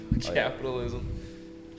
Capitalism